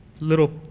little